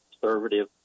conservative